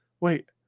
wait